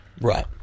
Right